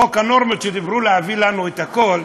חוק הנורמות שדיברו, להביא לנו את הכול,